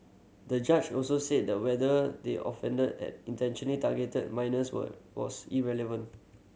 the judge also said that whether they offender had intentional targeted minors were was irrelevant